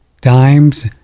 dimes